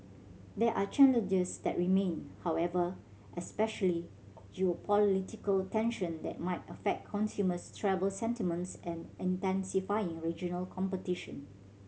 there are challenges that remain however especially geopolitical tension that might affect consumer travel sentiments and intensifying regional competition